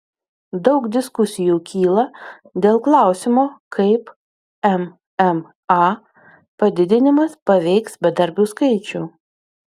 daug diskusijų kyla dėl klausimo kaip mma padidinimas paveiks bedarbių skaičių